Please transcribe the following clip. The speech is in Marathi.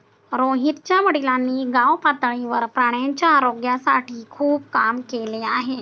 रोहितच्या वडिलांनी गावपातळीवर प्राण्यांच्या आरोग्यासाठी खूप काम केले आहे